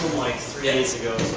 like three yeah days ago,